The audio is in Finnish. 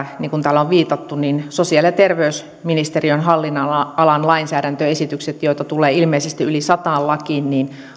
niin kuin täällä on viitattu sosiaali ja terveysministeriön hallinnon alan lainsäädäntöesitykset joita tulee ilmeisesti yli sataan lakiin